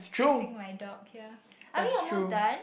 fixing like dog here are we almost done